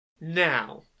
Now